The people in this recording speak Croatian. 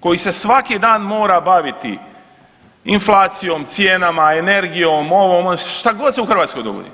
koji se svaki dan mora baviti inflacijom, cijenama, energijom, ovim, .../nerazumljivo/... šta god se u Hrvatskoj dogodi.